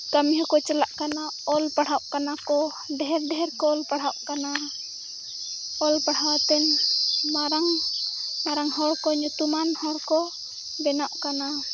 ᱠᱟᱹᱢᱤ ᱦᱚᱸᱠᱚ ᱪᱟᱞᱟᱜ ᱠᱟᱱᱟ ᱚᱞ ᱯᱟᱲᱦᱟᱣᱚᱜ ᱠᱟᱱᱟ ᱠᱚ ᱰᱷᱮᱨᱼᱰᱷᱮᱨ ᱠᱚ ᱚᱞ ᱯᱟᱲᱦᱟᱜ ᱠᱟᱱᱟ ᱚᱞ ᱯᱟᱲᱦᱟᱣᱛᱮ ᱢᱟᱨᱟᱝᱼᱢᱟᱨᱟᱝ ᱦᱚᱲ ᱠᱚ ᱧᱩᱛᱩᱢᱟᱱ ᱦᱚᱲ ᱠᱚ ᱵᱮᱱᱟᱣᱚᱜ ᱠᱟᱱᱟ